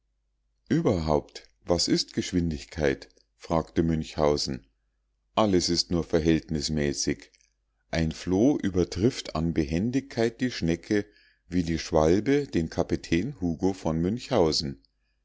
überhaupt was ist geschwindigkeit fragte münchhausen alles ist nur verhältnismäßig ein floh übertrifft an behendigkeit die schnecke wie die schwalbe den kapitän hugo von münchhausen